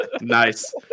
Nice